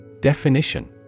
Definition